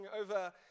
over